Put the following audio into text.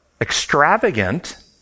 extravagant